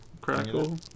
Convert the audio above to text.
Crackle